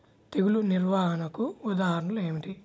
తెగులు నిర్వహణకు ఉదాహరణలు ఏమిటి?